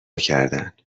کردن